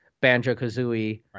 Banjo-Kazooie